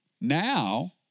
Now